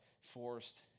forced